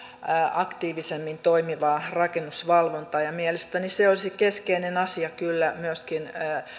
aktiivisemmin toimivaa rakennusvalvontaa ja mielestäni se olisi keskeinen asia kyllä myöskin